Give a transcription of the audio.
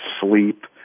sleep